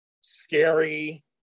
scary